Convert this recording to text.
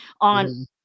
on